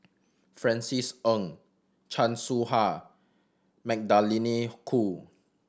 Francis Ng Chan Soh Ha Magdalene Khoo